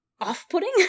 off-putting